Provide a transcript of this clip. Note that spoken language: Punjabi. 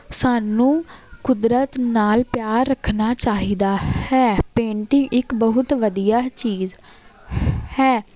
ਸਾਨੂੰ ਕੁਦਰਤ ਨਾਲ਼ ਪਿਆਰ ਰੱਖਣਾ ਚਾਹੀਦਾ ਹੈ ਪੇਂਟਿੰਗ ਇੱਕ ਬਹੁਤ ਵਧੀਆ ਚੀਜ਼ ਹੈ